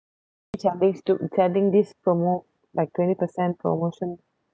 which I'm needs to planning this promo like twenty percent promotion